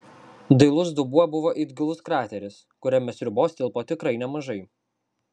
dailus dubuo buvo it gilus krateris kuriame sriubos tilpo tikrai nemažai